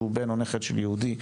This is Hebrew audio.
שהוא בן או נכד של יהודי,